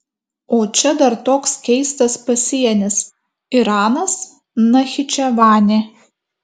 o čia dar toks keistas pasienis iranas nachičevanė